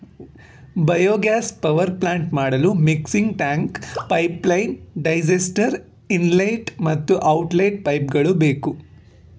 biogas power plant ಮಾಡಲು mixing tank, pipeline, digester, inlet ಮತ್ತು outlet ಪೈಪ್ಗಳು ಬೇಕು